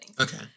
Okay